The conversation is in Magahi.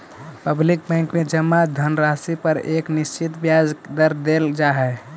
पब्लिक बैंक में जमा धनराशि पर एक निश्चित ब्याज दर देल जा हइ